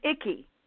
icky